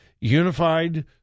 Unified